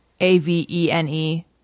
A-V-E-N-E